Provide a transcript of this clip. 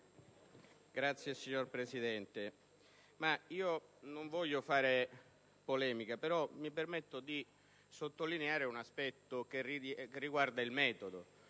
Signor Presidente, non voglio fare polemica, ma mi permetto di sottolineare un aspetto che riguarda il metodo.